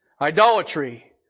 Idolatry